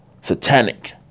Satanic